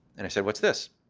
and i said, what's this?